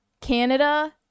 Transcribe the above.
Canada